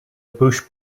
busch